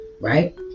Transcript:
right